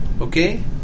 okay